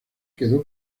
quedó